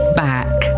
back